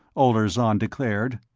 olirzon declared.